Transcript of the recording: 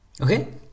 Okay